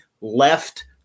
left